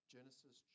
Genesis